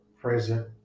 present